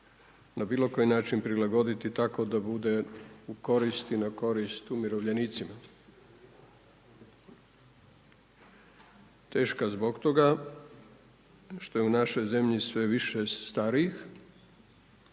na bilo koji način prilagoditi tako da bude u korist i na korist umirovljenicima. Teška zbog toga što je u našoj zemlji sve više starijih